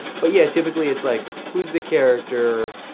but yeah, typically it's like, who's the character,